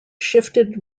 shifted